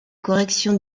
correction